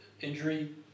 injury